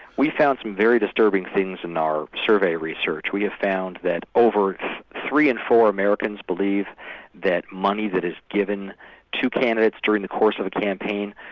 we found some very disturbing things in our survey research. we have found that over three in four americans believe that money that is given to candidates during the course of a campaign,